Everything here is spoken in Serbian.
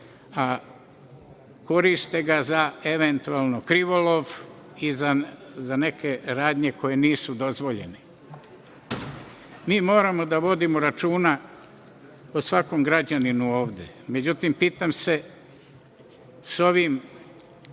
a koriste ga za eventualno krivolov i za neke radnje koje nisu dozvoljene. Mi moramo da vodimo računa o svakom građaninu ovde. Međutim, pitam se – ovim